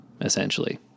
essentially